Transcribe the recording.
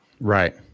Right